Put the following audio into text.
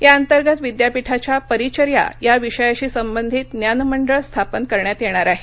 या अंतर्गत विद्यापीठाच्या परिचर्या या विषयाशी संबंधित ज्ञान मंडळ स्थापन करण्यात येणार आहे